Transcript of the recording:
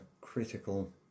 Critical